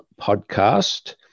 podcast